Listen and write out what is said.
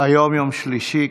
היום יום שלישי,